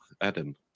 Adam